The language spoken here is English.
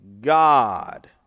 God